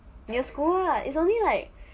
near school ah it's only like